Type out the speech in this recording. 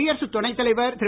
குடியரசு துணைத் தலைவர் திரு